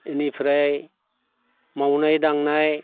बेनिफ्राय मावनाय दांनाय